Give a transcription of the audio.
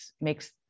makes